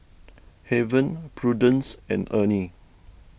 Haven Prudence and Ernie